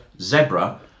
zebra